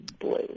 blue